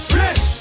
rich